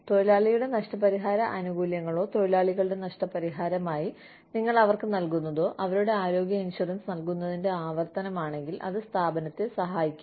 തൊഴിലാളിയുടെ നഷ്ടപരിഹാര ആനുകൂല്യങ്ങളോ തൊഴിലാളികളുടെ നഷ്ടപരിഹാരമായി നിങ്ങൾ അവർക്ക് നൽകുന്നതോ അവരുടെ ആരോഗ്യ ഇൻഷുറൻസ് നൽകുന്നതിന്റെ ആവർത്തനം ആണെങ്കിൽ അത് സ്ഥാപനത്തെ സഹായിക്കില്ല